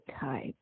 type